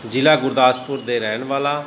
ਜ਼ਿਲ੍ਹਾ ਗੁਰਦਾਸਪੁਰ ਦਾ ਰਹਿਣ ਵਾਲਾ